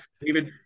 David